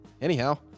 anyhow